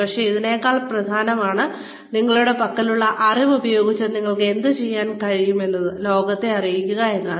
പക്ഷേ അതിനേക്കാളും പ്രധാനമായത് നിങ്ങളുടെ പക്കലുള്ള അറിവ് ഉപയോഗിച്ച് നിങ്ങൾക്ക് എന്തുചെയ്യാൻ കഴിയുംമെന്നുള്ളത് ലോകത്തെ അറിയിക്കുക എന്നതാണ്